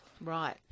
Right